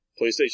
PlayStation